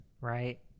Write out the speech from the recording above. Right